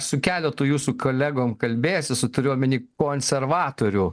su keletu jūsų kolegom kalbėjęsis su turiu omeny konservatorių